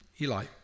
Eli